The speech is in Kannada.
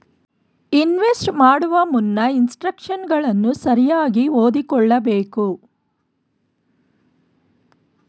ಇನ್ವೆಸ್ಟ್ ಮಾಡುವ ಮುನ್ನ ಇನ್ಸ್ಟ್ರಕ್ಷನ್ಗಳನ್ನು ಸರಿಯಾಗಿ ಓದಿಕೊಳ್ಳಬೇಕು